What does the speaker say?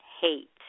hate